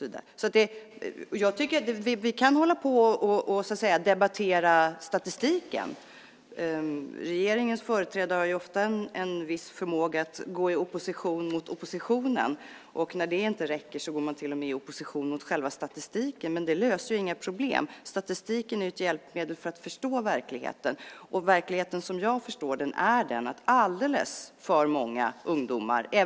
Vi kan hålla på och debattera statistiken. Regeringens företrädare har ofta en viss förmåga att gå i opposition mot oppositionen, och när det inte räcker går man till och med i opposition mot själva statistiken. Men det löser inga problem. Statistiken är ett hjälpmedel för att förstå verkligheten. Verkligheten som jag förstår den är den att alldeles för många ungdomar är arbetslösa.